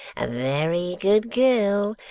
a very good girl,